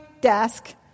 desk